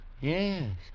Yes